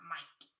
Mike